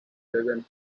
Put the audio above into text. present